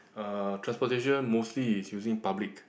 uh transportation mostly is using public